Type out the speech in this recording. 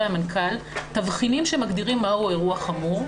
המנכ"ל תבחינים שמגדירים מהו אירוע חמור,